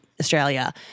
Australia